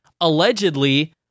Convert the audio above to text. allegedly